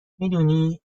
میدونی